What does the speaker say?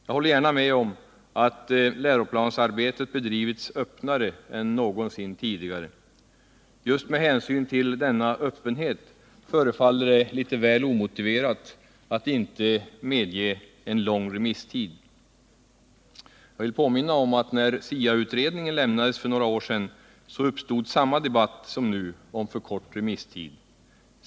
Jag håller gärna med om att läroplansarbetet bedrivits öppnare än någonsin tidigare. Just med hänsyn till denna öppenhet förefaller det litet väl omotiverat att inte medge en lång remisstid. Jag vill påminna om att när SIA-utredningen lämnades för några år sedan uppstod samma debatt som nu om för kort remisstid.